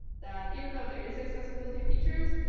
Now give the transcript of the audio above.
that even though there is accessibility features,